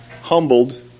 humbled